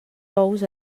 ous